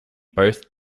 both